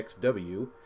XW